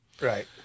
Right